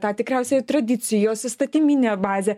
tą tikriausiai tradicijos įstatyminę bazę